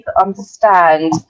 understand